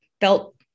felt